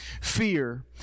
fear